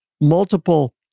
multiple